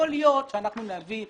יכול להיות שאנחנו נאמר את זה,